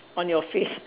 on your face